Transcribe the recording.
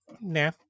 nah